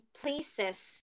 places